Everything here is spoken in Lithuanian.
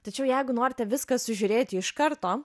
tačiau jeigu norite viską sužiūrėti iš karto